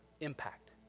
impact